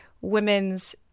women's